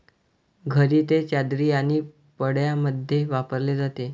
घरी ते चादरी आणि पडद्यांमध्ये वापरले जाते